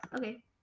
Okay